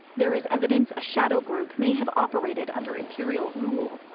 there is evidence a shadow group may have operated under imperial rule.